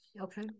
Okay